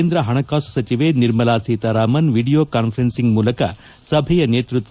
ಕೇಂದ್ರ ಹಣಕಾಸು ಸಚಿವೆ Nirmala Sitharaman video conferencing ಮೂಲಕ ಸಭೆಯ ನೇತೃತ್ವ